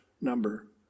number